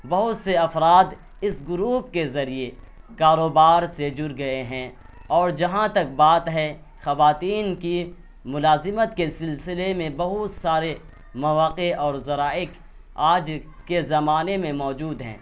بہت سے افراد اس گروپ کے ذریعے کاروبار سے جڑ گئے ہیں اور جہاں تک بات ہے خواتین کی ملازمت کے سلسلے میں بہت سارے مواقع اور ذرائع آج کے زمانے میں موجود ہیں